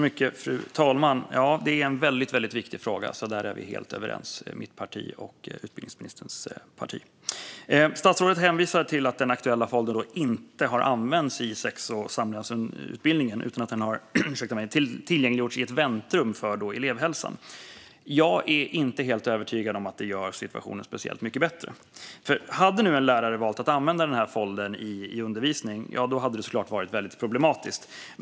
Fru talman! Ja, det är en väldigt viktig fråga. Där är vi helt överens, mitt parti och utbildningsministerns parti. Statsrådet hävdar att den aktuella foldern inte har använts i sex och samlevnadsutbildningen, utan att den har tillgängliggjorts i ett väntrum på elevhälsan. Jag är inte helt övertygad om att det gör situationen speciellt mycket bättre, för hade nu en lärare valt att använda den här foldern i undervisning hade det så klart varit väldigt problematiskt.